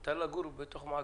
האם מותר לגור במעגנה?